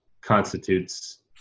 constitutes